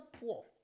poor